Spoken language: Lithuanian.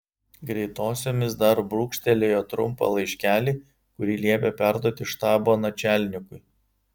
greitosiomis dar brūkštelėjo trumpą laiškelį kurį liepė perduoti štabo načialnikui